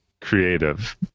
creative